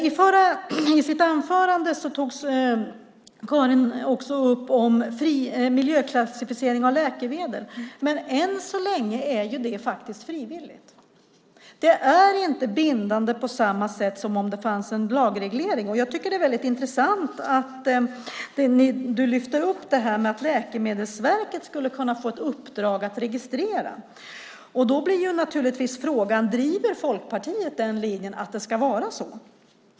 I sitt anförande tog Karin upp frågan om miljöklassificering av läkemedel. Än så länge är det frivilligt. Det är inte bindande på samma sätt som om det fanns en lagreglering. Det är väldigt intressant att du lyfter upp att Läkemedelsverket skulle kunna få ett uppdrag att registrera. Frågan blir då: Driver Folkpartiet linjen att det ska vara så?